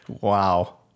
Wow